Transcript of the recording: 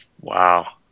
Wow